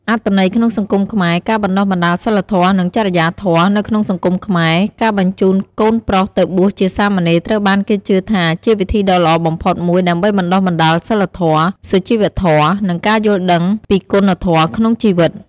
អត្ថន័យក្នុងសង្គមខ្មែរ ការបណ្ដុះបណ្ដាលសីលធម៌ និងចរិយាធម៌ នៅក្នុងសង្គមខ្មែរ ការបញ្ជូនកូនប្រុសទៅបួសជាសាមណេរត្រូវបានគេជឿថាជាវិធីដ៏ល្អបំផុតមួយដើម្បីបណ្ដុះបណ្ដាលសីលធម៌ សុជីវធម៌ និងការយល់ដឹងពីគុណធម៌ក្នុងជីវិត។